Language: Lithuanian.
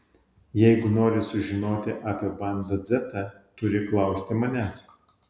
jeigu nori sužinoti apie banda dzeta turi klausti manęs